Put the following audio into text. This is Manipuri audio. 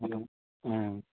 ꯎꯝ ꯎꯝ